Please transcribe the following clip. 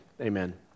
amen